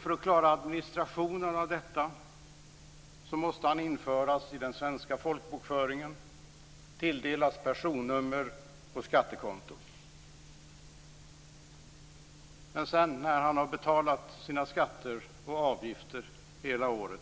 För att klara administrationen av detta måste han införas i den svenska folkbokföringen, tilldelas personnummer och skattekonto. När han har betalat sina skatter och avgifter hela året